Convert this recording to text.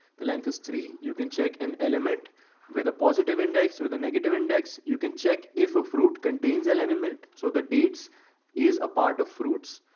the length is three. you can check an element with a positive index, with a negative index. you can check if a fruit contains el animate. so the dates is a part of fruits,